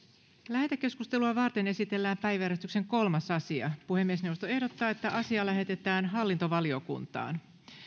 lähetekeskustelua varten esitellään päiväjärjestyksen kolmas asia puhemiesneuvosto ehdottaa että asia lähetetään hallintovaliokuntaan